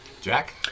Jack